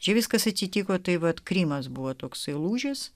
čia viskas atsitiko tai vat krymas buvo toksai lūžis